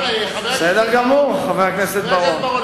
בר-און,